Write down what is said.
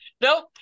nope